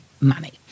money